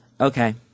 Okay